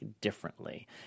differently